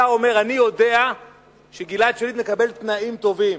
אתה אומר: אני יודע שגלעד שליט מקבל תנאים טובים.